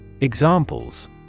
Examples